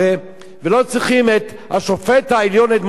ולא צריכים את שופט בית-המשפט העליון אדמונד לוי,